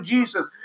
Jesus